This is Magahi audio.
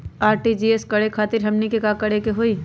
आर.टी.जी.एस करे खातीर हमनी के का करे के हो ई?